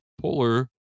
polar